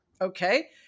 Okay